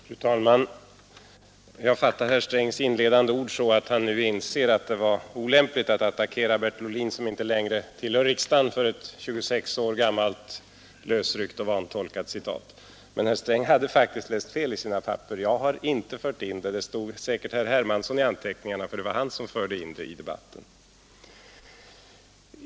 Fru talman! Jag fattar herr Strängs inledande ord så, att han nu inser att det var olämpligt att han attackerade Bertil Ohlin, som inte längre tillhör riksdagen, för ett 26 år gammalt lösryckt och vantolkat citat. Men herr Sträng hade faktiskt läst fel i sina papper det stod säkerligen ”Hermansson” i anteckningarna, för det var han som förde in detta i debatten.